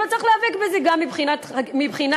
אבל צריך להיאבק בזה מבחינת חקיקה,